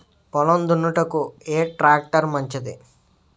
పొలం దున్నుటకు ఏ ట్రాక్టర్ మంచిది?